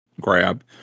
grab